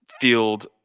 field